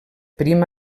prim